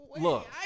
Look